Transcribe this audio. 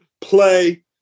play